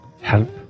help